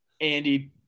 Andy